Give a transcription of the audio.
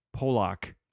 Polak